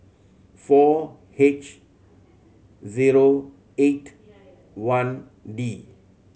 four H zero eight I D